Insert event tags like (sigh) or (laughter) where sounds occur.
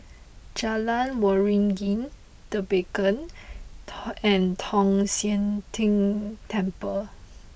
Jalan Waringin The Beacon (hesitation) and Tong Sian Tng Temple